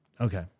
Okay